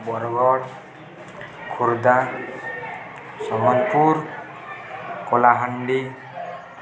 Bargarh Khordha Sambalpur Kalahandi